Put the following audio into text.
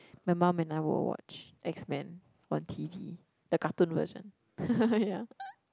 my mum and I will watch X Men one T D the cartoon version ya